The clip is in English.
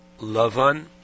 Lavan